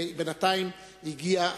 ובינתיים הגיע,